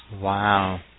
Wow